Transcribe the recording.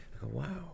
wow